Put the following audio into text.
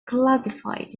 classified